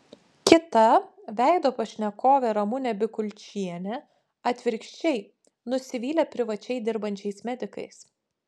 kita veido pašnekovė ramunė bikulčienė atvirkščiai nusivylė privačiai dirbančiais medikais